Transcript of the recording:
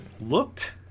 looked